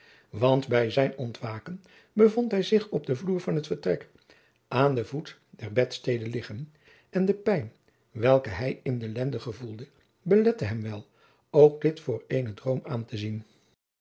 want bij zijn ontwaken bevond hij zich op den vloer van het vertrek aan den voet der bedstede liggen en de pijn welke hij in de lenden gevoelde belette hem wel ook dit voor eenen droom aan te zien